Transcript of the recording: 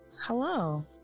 hello